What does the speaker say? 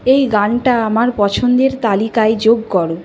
এই গানটা আমার পছন্দের তালিকায় যোগ করো